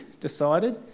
decided